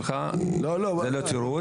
שלך זה לא תירוץ.